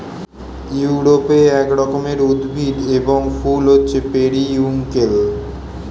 ইউরোপে এক রকমের উদ্ভিদ এবং ফুল হচ্ছে পেরিউইঙ্কেল